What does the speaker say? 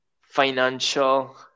financial